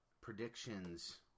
predictions